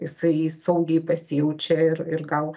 jisai saugiai pasijaučia ir ir gal